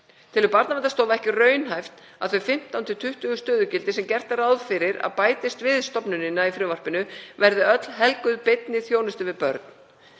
Telur Barnaverndarstofa ekki raunhæft að þau 15–20 stöðugildi sem gert er ráð fyrir að bætist við stofnunina í frumvarpinu verði öll helguð beinni þjónustu við börn.